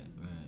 right